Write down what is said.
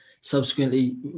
subsequently